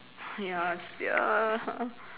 ya sia